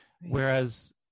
Whereas